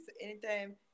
Anytime